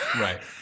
Right